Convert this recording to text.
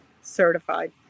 certified